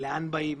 על לאן באים,